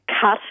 cut